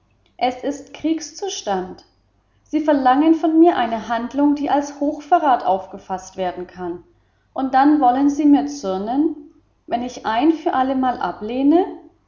es ist kriegszustand sie verlangen von mir eine handlung die als hochverrat aufgefaßt werden kann und dann wollen sie mir zürnen wenn ich ein für allemal ablehne